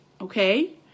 okay